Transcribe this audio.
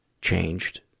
changed